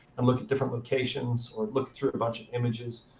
and look at different locations, or look through a bunch of images.